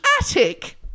attic